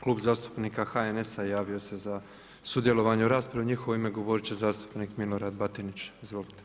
Klub zastupnika HNS-a javio se za sudjelovanje u raspravi, u njihovo ime govorit će zastupnik Milorad Batinić, izvolite.